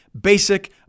basic